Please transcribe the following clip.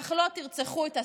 אך לא תרצחו את השנאה.